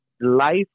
life